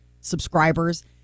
subscribers